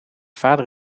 vader